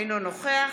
אינו נוכח